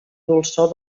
dolçor